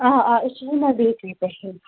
آ آ أسۍ چھِ ہِنَہ بیکری پٮ۪ٹھ